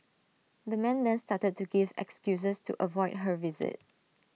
the man then started to give excuses to avoid her visit